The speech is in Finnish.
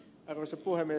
arvoisa puhemies